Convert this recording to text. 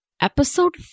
Episode